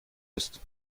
ist